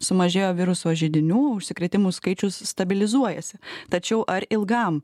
sumažėjo viruso židinių užsikrėtimų skaičius stabilizuojasi tačiau ar ilgam